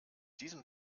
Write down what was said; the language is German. diesem